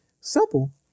Simple